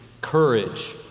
courage